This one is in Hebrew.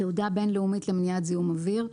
"תעודה בין-לאומית למניעת זיהום אוויר"